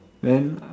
then